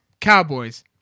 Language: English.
Cowboys